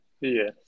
Yes